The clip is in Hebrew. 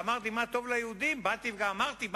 ואחרי שגמרתי עם מה טוב ליהודים באתי ואמרתי: